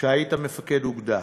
כשהיית מפקד אוגדה.